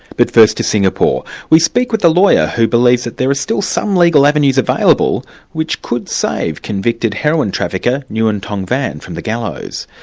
but first to singapore. we speak with a lawyer who believes that there are still some legal avenues available which could save convicted heroin trafficker nguyen tuong van from the gallows.